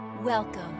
Welcome